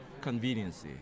convenience